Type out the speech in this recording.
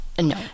no